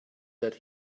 that